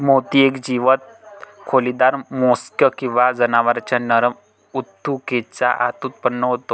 मोती एक जीवंत खोलीदार मोल्स्क किंवा जनावरांच्या नरम ऊतकेच्या आत उत्पन्न होतो